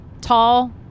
tall